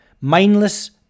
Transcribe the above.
Mindless